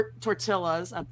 Tortillas